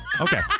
Okay